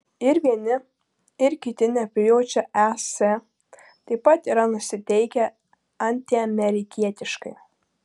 ir vieni ir kiti neprijaučia es taip pat yra nusiteikę antiamerikietiškai